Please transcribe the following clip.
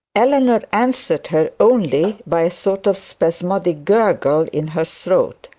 eleanor answered her only by a sort of spasmodic gurgle in her throat.